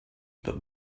but